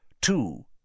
Two